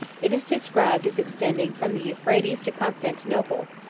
it is described as extending from the euphrates to constantinople,